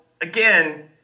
again